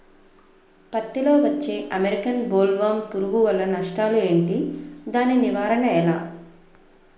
పత్తి లో వచ్చే అమెరికన్ బోల్వర్మ్ పురుగు వల్ల నష్టాలు ఏంటి? దాని నివారణ ఎలా?